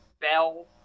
bell